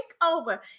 takeover